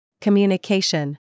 Communication